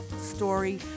story